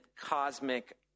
cosmic